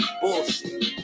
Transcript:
bullshit